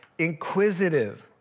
inquisitive